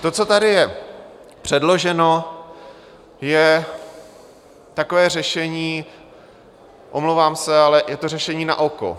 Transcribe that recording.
To, co tady je předloženo, je takové řešení, omlouvám se, ale je to řešení na oko.